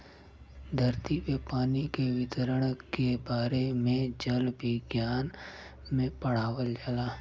धरती पे पानी के वितरण के बारे में जल विज्ञना में पढ़ावल जाला